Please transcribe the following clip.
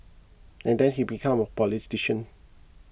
and then he become a politician